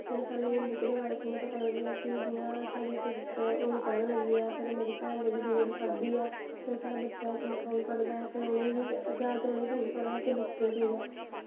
फिर सानूं बुक्क दे बारे च कि'यां पता लग्गेआ कि साढ़ी सिस्टर हून पढ़न लग्गी ऐ फिर जेह्ड़ी भैन मेरी ओह् बी पढ़दी ऐ फिर साढ़ा बच्चा निक्का ओह् बी पढ़दा ऐ उ'नें गी बी है ते उ'नें बी निं पता हा कि बुक्क केह् चीज़ ऐ